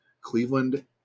Cleveland